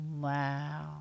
Wow